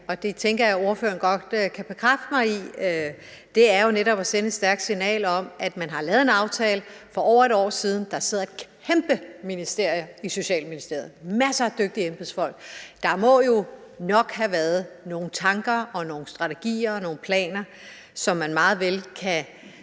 og det tænker jeg at ordføreren godt kan bekræfte mig i, er jo netop at sende et stærkt signal om, at man har lavet en aftale for over et år siden. Der sidder et kæmpe ministerie i Socialministeriet, altså masser af dygtige embedsfolk, og der må jo nok have været nogle tanker, nogle strategier og nogle planer, som man meget vel kan